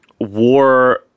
war